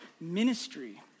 ministry